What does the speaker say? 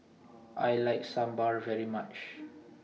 I like Sambar very much